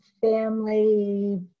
family